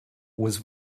was